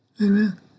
Amen